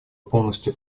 полностью